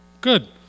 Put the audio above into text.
Good